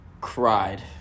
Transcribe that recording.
cried